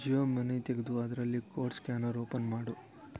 Jio money ತೆಗೆದು ಅದರಲ್ಲಿ code scanner open ಮಾಡು